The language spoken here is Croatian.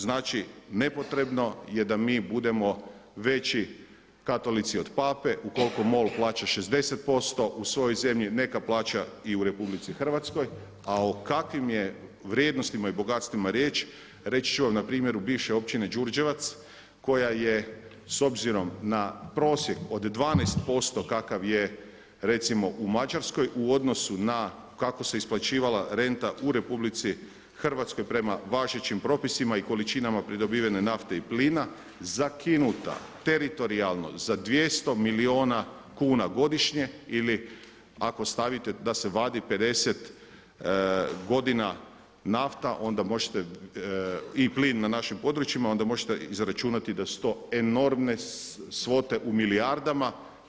Znači nepotrebno je da mi budemo veći katolici od Pape, ukoliko MOL plaća 60% u svojoj zemlji neka plaća i u RH, a o kakvim je vrijednostima i bogatstvima riječ reći ću vam na primjeru bivše općine Đurđevac koja je s obzirom na prosjek od 12% kakav je recimo u Mađarskoj u odnosu na kako se isplaćivala renta u RH prema važećim propisima i količinama pridobivene nafte i plina zakinuta teritorijalno za 200 milijuna kuna godišnje ili ako stavite da se vadi 50 godina nafta i plin na našem području onda možete izračunati da su to enormne svote u milijardama.